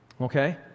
okay